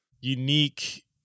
unique